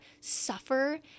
suffer